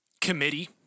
committee